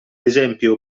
esempio